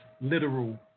literal